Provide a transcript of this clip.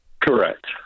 Correct